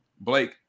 Blake